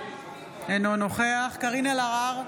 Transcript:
אינו נוכח קארין אלהרר,